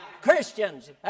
Christians